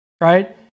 right